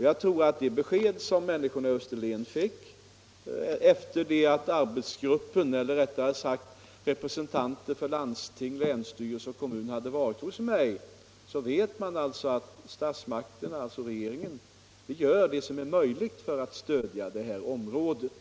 Jag tror att människorna på Österlen nu, efter det att representanter för landsting, länsstyrelse och kommuner har varit hos mig, vet att regeringen gör det som är möjligt för att stödja det här området.